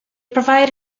provide